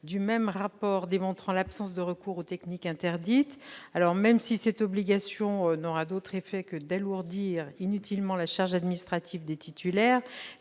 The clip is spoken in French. d'un rapport démontrant l'absence de recours aux techniques interdites. Même si une telle obligation n'aura d'autre effet que d'alourdir inutilement la charge administrative pour les titulaires